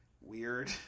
weird